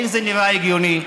האם זה נראה הגיוני,